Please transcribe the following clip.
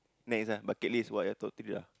next ah bucket list what I told to be lah